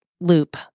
loop